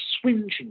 swinging